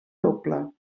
doble